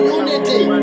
unity